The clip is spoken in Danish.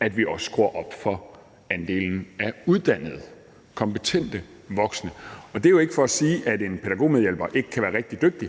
at vi skruer op for andelen af uddannede, altså kompetente voksne. Og det er jo ikke for at sige, at en pædagogmedhjælper ikke kan være rigtig dygtig,